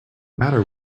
matter